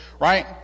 right